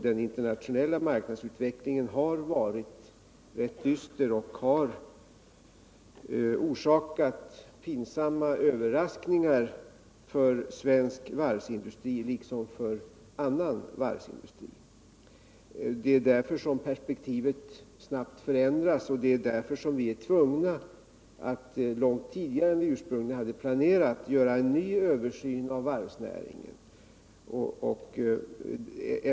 Den internationella marknadsutvecklingen har varit rätt dyster och orsakat pinsamma överraskningar för svensk varvsindustri, liksom för annan varvsindustri. Det är därför som perspektivet snabbt förändras. Det är av den orsaken vi är tvungna att långt tidigare än planerat göra en ny översyn av varvsnäringen.